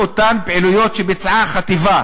להסתייע בחטיבה